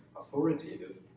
authoritative